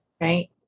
Right